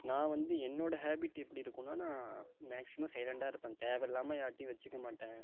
நான் வந்து என்னோட ஹேபிட்டு எப்படி இருக்குனால் நான் மேக்ஸிமம் சைலண்டாக இருப்பேன் தேவையில்லாம யார்டேயும் வச்சுக்க மாட்டேன்